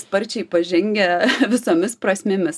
sparčiai pažengę visomis prasmėmis